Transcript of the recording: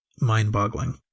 mind-boggling